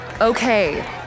Okay